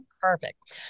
Perfect